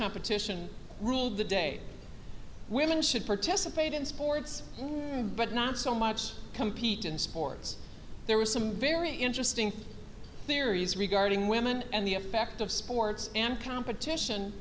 competition ruled the day women should participate in sports but not so much compete in sports there were some very interesting theories regarding women and the effect of sports and competition